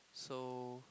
so